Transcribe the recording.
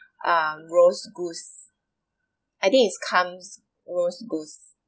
um roast goose I think it's comes roast goose